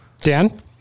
Dan